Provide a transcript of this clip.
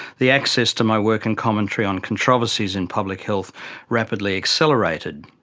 the access to my work and commentary on controversies in public health rapidly accelerated.